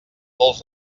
pols